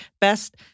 Best